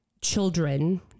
children